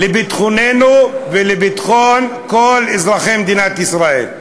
לביטחוננו ולביטחון כל אזרחי מדינת ישראל,